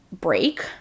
break